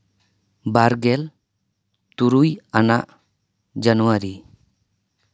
ᱵᱟᱨ ᱜᱮᱞ ᱛᱩᱨᱩᱭ ᱟᱱᱟᱜ ᱡᱟᱱᱣᱟᱨᱤ